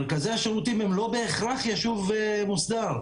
מרכזי השירותים הם לא בהכרח ביישוב מוסדר.